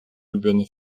ulubiony